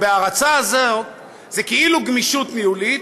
ה"בהרצה" הזאת זה כאילו גמישות ניהולית,